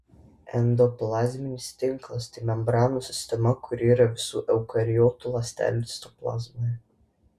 endoplazminis tinklas tai membranų sistema kuri yra visų eukariotų ląstelių citoplazmoje